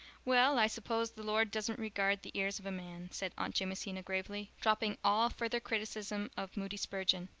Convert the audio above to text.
well, i suppose the lord doesn't regard the ears of a man, said aunt jamesina gravely, dropping all further criticism of moody spurgeon.